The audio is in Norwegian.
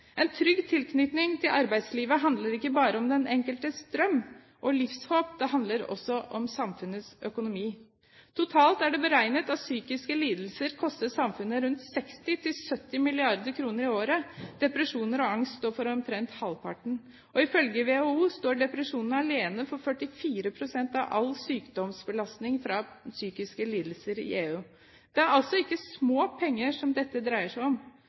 En trygg tilknytning til arbeidslivet handler ikke bare om den enkeltes drøm og livshåp. Det handler også om samfunnets økonomi. Totalt er det beregnet at psykiske lidelser koster samfunnet rundt 60–70 mrd. kr i året. Depresjoner og angst står for omtrent halvparten. Ifølge WHO står depresjoner alene for 44 pst. av all sykdomsbelastning fra psykiske lidelser i EU. Det er altså ikke småpenger dette dreier seg om.